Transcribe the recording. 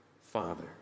Father